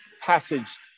passage